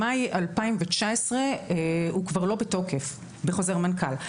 במאי 2019 הוא כבר לא בתוקף בחוזר מנכ"ל.